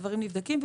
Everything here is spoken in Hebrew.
הדברים נבדקים.